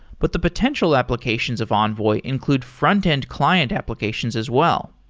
but the potential applications of envoy include frontend client applications as well.